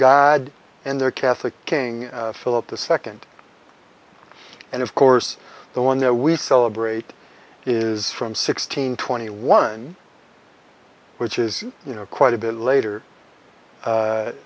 god and their catholic king philip the second and of course the one that we celebrate is from sixteen twenty one which is you know quite a bit later